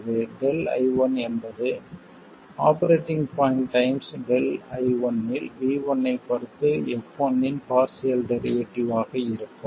எனவே ΔI1 என்பது operating point times ΔI1 இல் V1 ஐப் பொறுத்து f1 இன் பார்சியல் டெரிவேட்டிவ் ஆக இருக்கும்